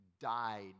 died